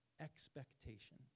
expectation